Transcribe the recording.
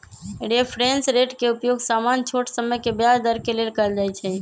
reference rate के उपयोग सामान्य छोट समय के ब्याज दर के लेल कएल जाइ छइ